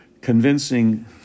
convincing